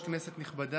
כנסת נכבדה,